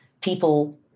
people